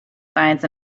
science